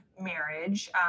marriage